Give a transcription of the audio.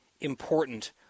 important